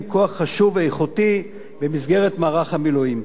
כוח חשוב ואיכותי במסגרת מערך המילואים.